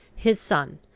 his son,